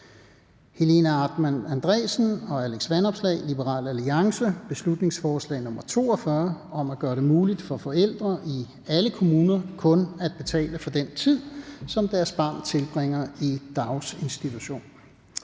Helena Artmann Andresen (LA) og Alex Vanopslagh (LA): Beslutningsforslag nr. B 42 (Forslag til folketingsbeslutning om at gøre det muligt for forældre i alle kommuner kun at betale for den tid, som deres barn tilbringer i daginstitution).